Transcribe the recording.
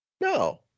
No